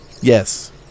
Yes